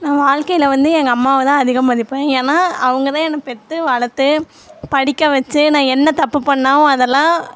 நான் வாழ்க்கையில் வந்து எங்கள் அம்மாவை தான் அதிகம் மதிப்பேன் ஏன்னால் அவங்க தான் என்ன பெத்து வளர்த்து படிக்க வச்சு நான் என்ன தப்பு பண்ணாவும் அதெல்லாம்